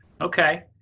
Okay